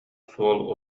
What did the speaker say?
суол